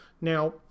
now